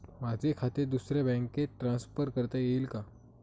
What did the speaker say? माझे खाते दुसऱ्या बँकेत ट्रान्सफर करता येईल का?